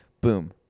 boom